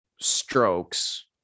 strokes